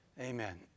Amen